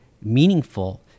meaningful